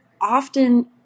often